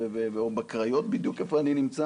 או בקריות, בדיוק איפה אני נמצא